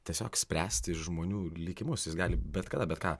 tiesiog spręsti žmonių likimus jis gali bet kada bet ką